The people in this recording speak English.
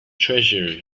treasure